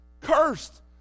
cursed